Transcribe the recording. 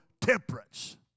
temperance